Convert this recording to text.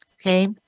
Okay